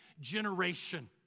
generation